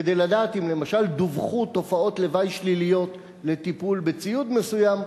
כדי לדעת אם למשל דווחו תופעות לוואי שליליות לטיפול בציוד מסוים,